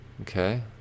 Okay